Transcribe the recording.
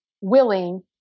willing